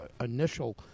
initial